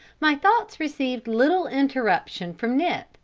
my thoughts received little interruption from nip,